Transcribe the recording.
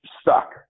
stuck